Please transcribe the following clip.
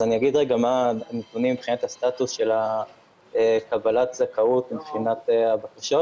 אני אגיד מה הנתונים מבחינת הסטטוס של קבלת הזכאות מבחינת השעות.